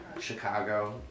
Chicago